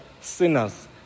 sinners